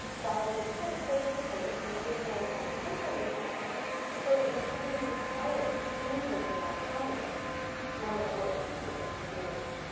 dalrymple's charts participate in what historian simon schaffer has termed a seemingly silent impersonal economy one that would, schaffer continues,